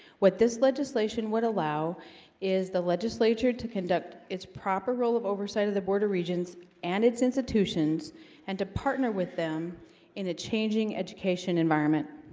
what this legislation would allow is the legislature to conduct its proper role of oversight of the board of regents and its? institutions and to partner with them in a changing education environment